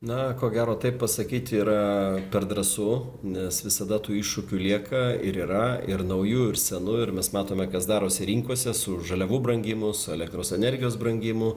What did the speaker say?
na ko gero taip pasakyti yra per drąsu nes visada tų iššūkių lieka ir yra ir naujų ir senų ir mes matome kas darosi rinkose su žaliavų brangimu su elektros energijos brangimu